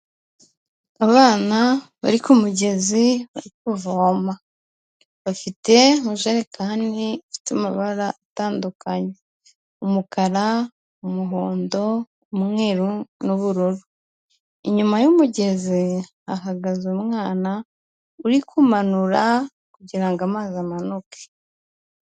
Abana bari ku mugezi bari kuvoma, bafite amajerekani afite amabara atandukanye umukara, umuhondo, umweru n'ubururu, inyuma y'umugezi hahagaze umwana uri kumanura kugira ngo amazi amanuke.